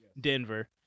Denver